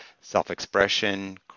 self-expression